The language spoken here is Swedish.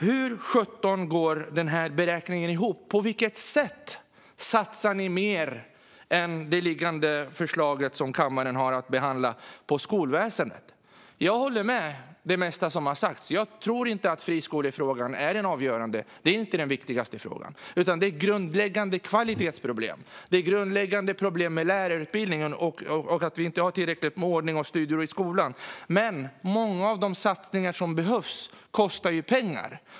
Hur sjutton går den här beräkningen ihop? På vilket sätt satsar ni mer på skolväsendet än man gör i det liggande förslag som kammaren har att behandla, Patrick Reslow? Jag håller med om det mesta som sas. Jag tror inte att friskolefrågan är avgörande. Det är inte den viktigaste frågan, utan det viktigaste är grundläggande kvalitetsproblem, grundläggande problem med lärarutbildningen och brist på ordning och studiero i skolan. Men många av de satsningar som behövs kostar pengar.